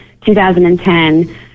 2010